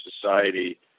society